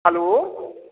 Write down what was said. hello